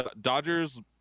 Dodgers